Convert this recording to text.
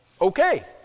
okay